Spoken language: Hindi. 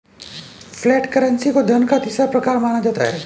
फ्लैट करेंसी को धन का तीसरा प्रकार माना जाता है